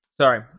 Sorry